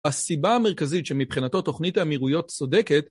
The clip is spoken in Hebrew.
הסיבה המרכזית שמבחינתו תוכנית האמירויות צודקת